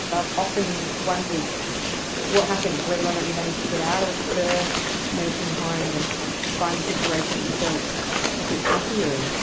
i've often wondered what happened, whether or not you managed to get out of the nursing home and find a situation you felt a bit happier in.